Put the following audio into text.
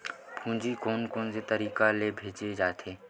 पूंजी कोन कोन तरीका ले भेजे जाथे?